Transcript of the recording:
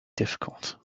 difficult